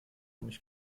mich